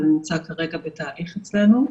אבל זה נמצא כרגע בתהליך אצלנו.